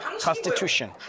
constitution